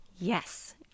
Yes